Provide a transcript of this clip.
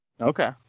Okay